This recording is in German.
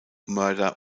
mörder